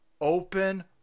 open